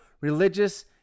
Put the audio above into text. religious